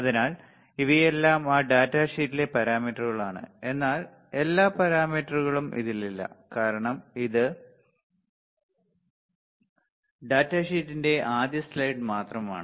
അതിനാൽ ഇവയെല്ലാം ആ ഡാറ്റ ഷീറ്റിലെ പാരാമീറ്ററുകൾ ആണ് എന്നാൽ എല്ലാ പാരാമീറ്ററുകളും ഇതിൽ ഇല്ല കാരണം ഇത് ഇത് ഡാറ്റാ ഷീറ്റിന്റെ ആദ്യ സ്ലൈഡ് മാത്രമാണ്